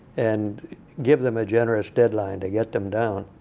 and give them a generous deadline to get them down.